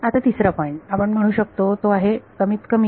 आता तिसरा पॉईंट आपण म्हणू शकतो तो आहे कमीत कमी